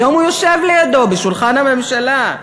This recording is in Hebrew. והיום הוא יושב לידו בשולחן הממשלה.